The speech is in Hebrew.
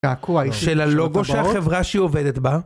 קעקוע של הלוגו של החברה שהיא עובדת בה.